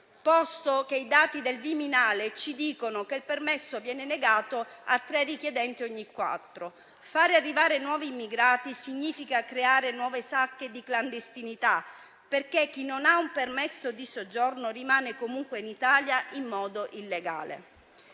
posto che i dati del Viminale ci dicono che il permesso viene negato a sei richiedenti ogni quattro. Fare arrivare nuovi immigrati significa creare nuove sacche di clandestinità, perché chi non ha un permesso di soggiorno rimane comunque in Italia in modo illegale.